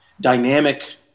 dynamic